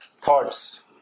thoughts